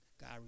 God